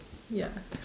ya